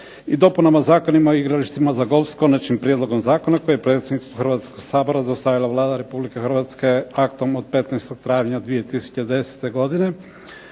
i dopunama Zakona o igralištima za golf s Konačnim prijedlogom zakona, koji je predsjedniku Hrvatskog sabora dostavila Vlada Republike Hrvatske aktom od 15. travnja 2010. godine